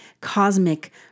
cosmic